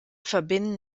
verbinden